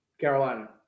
Carolina